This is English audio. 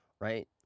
right